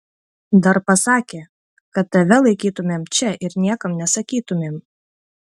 dar pasakė kad tave laikytumėm čia ir niekam nesakytumėm